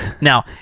Now